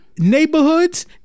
Neighborhoods